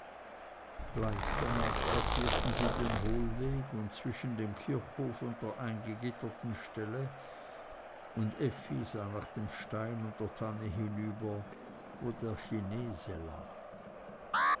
gleich danach passierten sie den hohlweg zwischen dem kirchhof und der eingegitterten stelle und effi sah nach dem stein und der tanne hinüber wo der chinese lag